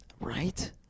Right